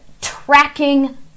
tracking